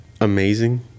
amazing